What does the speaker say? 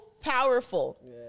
powerful